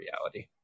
reality